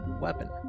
weapon